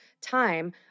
time